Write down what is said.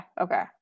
Okay